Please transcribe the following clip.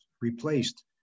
replaced